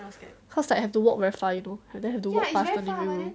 cause like have to walk very far you know and then have to walk past one living room